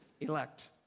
elect